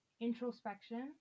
introspection